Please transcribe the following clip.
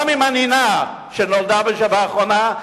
גם עם הנינה שנולדה באחרונה,